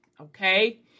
okay